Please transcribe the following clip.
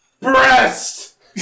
breast